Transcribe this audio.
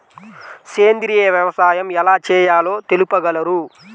సేంద్రీయ వ్యవసాయం ఎలా చేయాలో తెలుపగలరు?